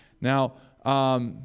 Now